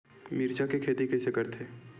मिरचा के खेती कइसे करथे?